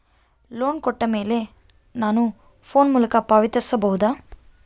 Loan ಕೊಟ್ಟ ಮೇಲೆ ನಾನು ಫೋನ್ ಮೂಲಕ ಪಾವತಿಸಬಹುದಾ?